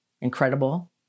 incredible